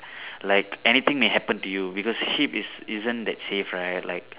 like anything may happen to you because ship is isn't that safe right like